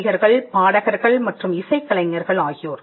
நடிகர்கள் பாடகர்கள் மற்றும் இசைக்கலைஞர்கள் ஆகியோர்